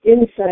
insight